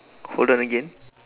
hold on again